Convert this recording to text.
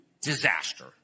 disaster